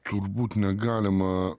turbūt negalima